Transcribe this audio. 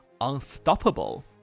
unstoppable